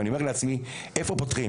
ואני אומר לעצמי: איפה פותרים?